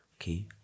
Okay